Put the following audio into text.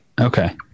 Okay